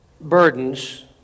burdens